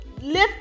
lift